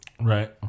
Right